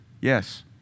Yes